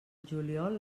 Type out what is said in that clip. juliol